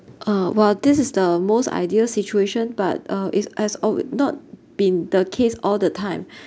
uh while this is the most ideal situation but uh is as all not been the case all the time